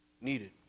needed